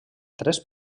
tres